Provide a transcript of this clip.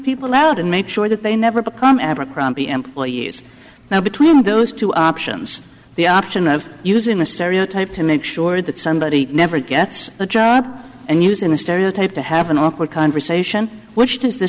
people out and make sure that they never become abercrombie employees now between those two options the option of using a stereotype to make sure that somebody never gets a job and using a stereotype to have an awkward conversation which does the